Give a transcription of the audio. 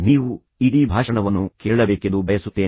ನೀವು ಇಡೀ ಭಾಷಣವನ್ನು ಕೇಳಬೇಕೆಂದು ನಾನು ಬಯಸುತ್ತೇನೆ